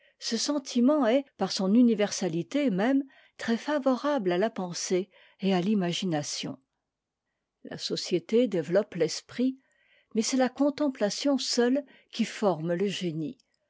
ce sentiment est par son universalité même très favorable à la pensée et à l'imagination la société développe l'esprit mais c'est la contemplation seule qui forme le génie